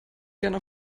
gerne